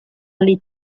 les